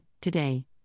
today